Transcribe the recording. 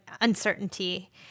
uncertainty